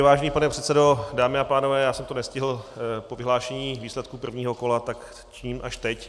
Vážený pane předsedo, dámy a pánové, já jsem to nestihl po vyhlášení výsledků prvního kola, tak činím až teď.